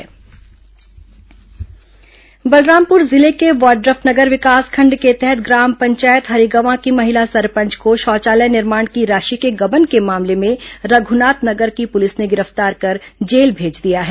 राशि गबन गिरफ्तार बलरामपुर जिले के वाइफनगर विकासखंड के तहत ग्राम पंचायत हरिगवां की महिला सरपंच को शौचालय निर्माण की राशि के गबन के मामले में रघुनाथ नगर पुलिस ने गिरफ्तार कर जेल भेज दिया है